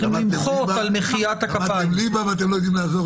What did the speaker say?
אתנו לעניין הזה.